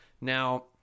Now